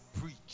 Preach